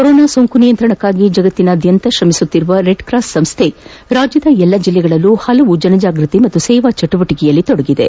corona ಸೋಂಕು ನಿಯಂತ್ರಣಕ್ಕಾಗಿ ಜಗತ್ತಿನಾದ್ಯಂತ ಶ್ರಮಿಸುತ್ತಿರುವ ರೆಡ್ಕ್ರಾಸ್ ಸಂಸ್ತೆ ರಾಜ್ಯದ ಎಲ್ಲಾ ಜಿಲ್ಲೆಗಳಲ್ಲೂ ಹಲವಾರು ಜನಜಾಗೃತಿ ಮತ್ತು ಸೇವಾ ಚಟುವಟಕೆಯಲ್ಲಿ ತೊಡಗಿದೆ